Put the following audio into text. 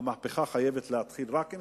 המהפכה חייבת להתחיל רק עם